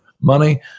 money